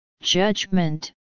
judgment